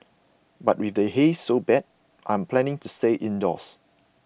but with the haze so bad I'm planning to stay indoors